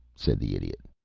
said the idiot.